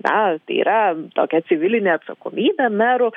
na tai yra tokia civilinė atsakomybė merų